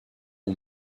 aux